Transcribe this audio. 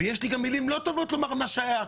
יש לי גם מילים לא טובות לומר על מה שהיה.